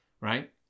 Right